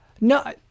No